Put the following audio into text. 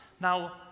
now